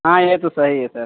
हाँ यह तो सही है सर